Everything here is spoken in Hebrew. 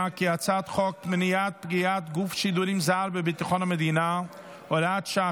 חוק מניעת פגיעת גוף שידורים זר בביטחון המדינה (הוראת שעה,